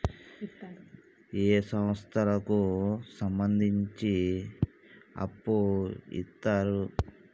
ఏ సంస్థలకు సంబంధించి అప్పు ఇత్తరు?